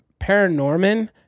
Paranorman